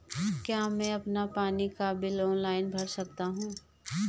क्या मैं अपना पानी का बिल ऑनलाइन भर सकता हूँ?